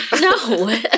No